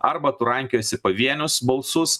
arba tu rankiosi pavienius balsus